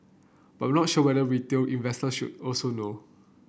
but not sure whether retail investor should also know